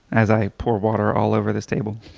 as i pour water all over this table.